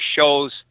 shows